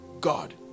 God